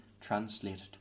translated